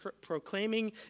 proclaiming